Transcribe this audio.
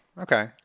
Okay